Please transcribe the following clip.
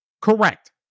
Correct